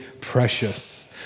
precious